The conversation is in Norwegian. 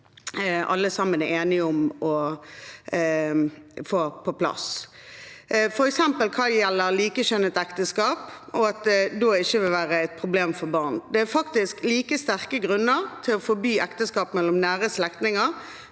alle er enige om å få på plass i dag, f.eks. hva gjelder likekjønnet ekteskap og at det ikke vil være et problem for barn. Det er faktisk like sterke grunner til å forby ekteskap mellom nære slektninger